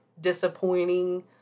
disappointing